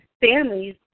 families